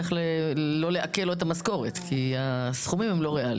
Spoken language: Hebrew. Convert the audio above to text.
כך לא לעקל לו את המשכורת כי הסכומים הם לא ריאליים.